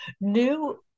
new